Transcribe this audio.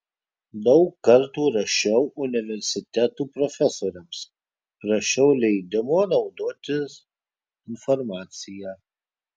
daug kartų rašiau universitetų profesoriams prašiau leidimo naudotis informacija